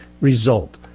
result